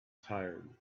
tired